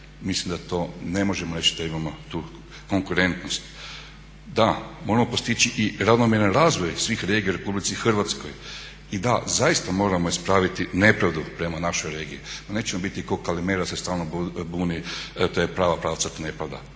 mislim da to ne možemo reći da tu imamo tu konkurentnost. Da moramo postići i ravnomjeran razvoj svih regija u RH i da zaista moramo ispraviti nepravdu prema našoj regiji. Ma nećemo biti ko kalimero, to je prava pravcata nepravda.